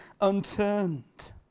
unturned